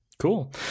Cool